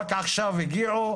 רק עכשיו הגיעו,